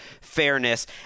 fairness